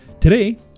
Today